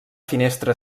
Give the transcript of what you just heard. finestra